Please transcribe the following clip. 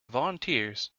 volunteers